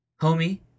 Homie